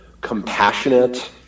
compassionate